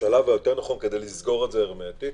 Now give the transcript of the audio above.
כדי לסגור את זה הרמטית,